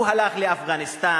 הוא הלך לאפגניסטן,